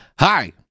Hi